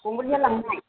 गंबैसे लांनाय